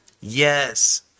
Yes